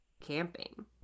camping